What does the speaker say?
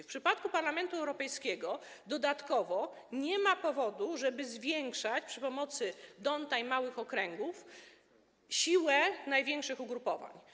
W przypadku Parlamentu Europejskiego dodatkowo nie ma powodu, żeby zwiększać za pomocą d’Hondta i małych okręgów siłę największych ugrupowań.